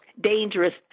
dangerous